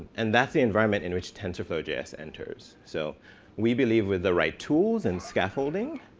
and that's the environments in which tensorflow js enters. so we believe with the right tools and scaffolding,